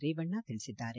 ರೇವಣ್ಣ ತಿಳಿಸಿದ್ದಾರೆ